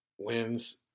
wins